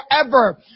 forever